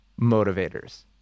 motivators